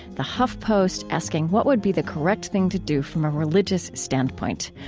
the huff post asking what would be the correct thing to do from a religious standpoint,